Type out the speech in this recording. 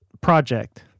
project